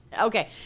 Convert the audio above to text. Okay